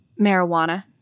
marijuana